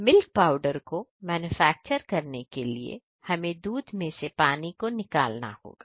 milk powder को manufacture करने के लिए हमें दूध में से पानी को निकालना होगा